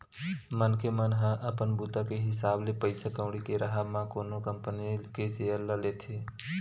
मनखे मन ह अपन बूता के हिसाब ले पइसा कउड़ी के राहब म कोनो कंपनी के सेयर ल लेथे